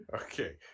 Okay